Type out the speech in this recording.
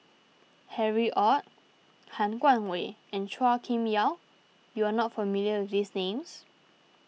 Harry Ord Han Guangwei and Chua Kim Yeow you are not familiar with these names